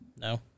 No